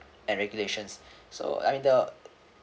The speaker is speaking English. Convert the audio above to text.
and regulations so I mean the